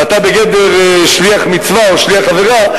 ואתה בגדר שליח מצווה או שליח עבירה,